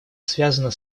связано